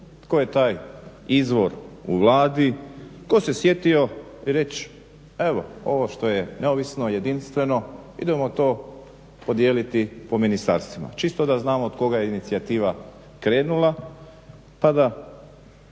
tko je taj izvor u Vladi, tko se sjetio reći, evo ovo što je neovisno, jedinstveno, idemo to podijeliti po ministarstvima čisto da znamo od koga je inicijativa krenula pa da